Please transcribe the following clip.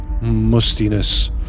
mustiness